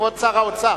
כבוד שר האוצר,